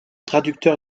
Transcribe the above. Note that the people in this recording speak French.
traducteur